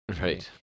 Right